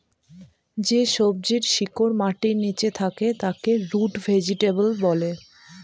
যে সবজির শিকড় মাটির নীচে থাকে তাকে রুট ভেজিটেবল বলে